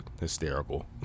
hysterical